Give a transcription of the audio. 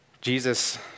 Jesus